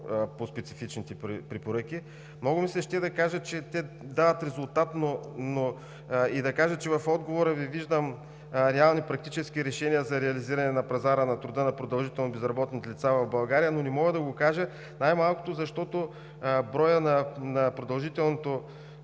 по специфичните препоръки. Много ми се ще да кажа, че те дават резултат и че в отговора Ви виждам реални практически решения за реализиране на пазара на труда на продължително безработните лица в България, но не мога да го кажа най-малкото защото броят на продължително